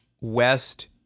West